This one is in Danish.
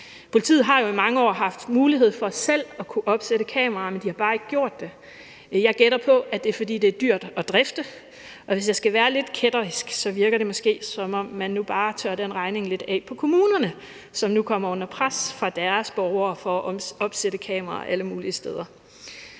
Politiet har jo i mange år haft mulighed for selv at kunne opsætte kameraer, men de har bare ikke gjort det. Jeg gætter på, at det er, fordi det er dyrt at drifte. Og hvis jeg skal være lidt kættersk, virker det måske lidt, som om man nu bare tørrer den regning af på kommunerne, som nu kommer under pres fra deres borgere for at opsætte kameraer alle mulige steder.